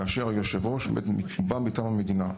כאשר היושב-ראש בא מטעם המדינה.